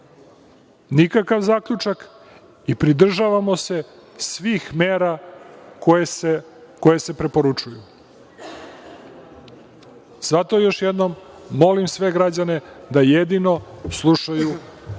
nikakav zaključak i pridržavamo se svih mera koje se preporučuju. Zato još jednom molim sve građane da jedino slušaju